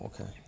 okay